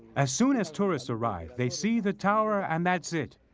as soon as tourists arrive, they see the tower and that's it.